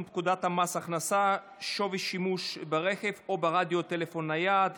פקודת מס הכנסה (שווי שימוש ברכב או ברדיו טלפון נייד),